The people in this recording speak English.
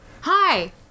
Hi